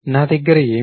నా దగ్గర ఏమి ఉంది